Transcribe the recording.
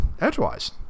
edgewise